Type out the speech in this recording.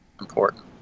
important